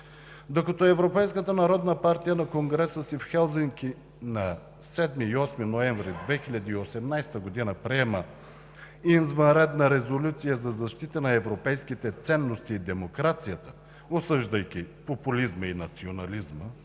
Докато Европейската народна партия на конгреса си в Хелзинки на 7 и 8 ноември 2018 г. приема извънредна Резолюция за защита на европейските ценности и демокрацията, осъждайки популизма и национализма